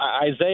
Isaiah